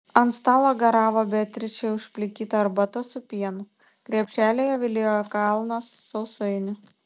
ant stalo garavo beatričei užplikyta arbata su pienu krepšelyje viliojo kalnas sausainių